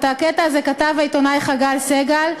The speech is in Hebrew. את הקטע הזה כתב העיתונאי חגי סגל,